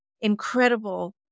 incredible